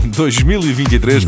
2023